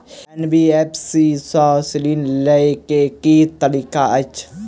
NBFC सँ ऋण लय केँ की तरीका अछि?